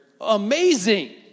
amazing